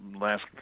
last